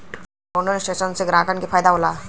compound interest से ग्राहकन के फायदा होला